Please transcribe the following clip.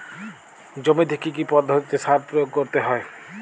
জমিতে কী কী পদ্ধতিতে সার প্রয়োগ করতে হয়?